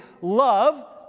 love